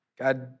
God